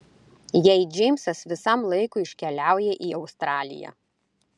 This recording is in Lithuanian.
jei džeimsas visam laikui iškeliauja į australiją